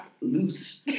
loose